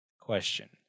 question